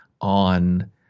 on